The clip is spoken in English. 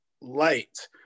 light